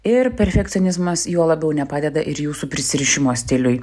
ir perfekcionizmas juo labiau nepadeda ir jūsų prisirišimo stiliui